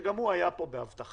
שגם הוא היה פה בהבטחה,